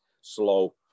slow